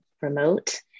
remote